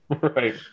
Right